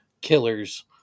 killers